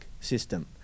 system